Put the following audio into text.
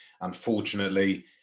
unfortunately